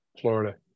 Florida